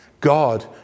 God